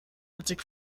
witzig